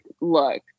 look